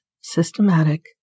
systematic